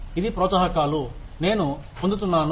ఇది ప్రోత్సాహకాలు నేను పొందుతున్నాను